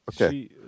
Okay